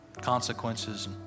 consequences